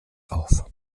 auf